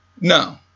No